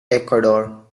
ecuador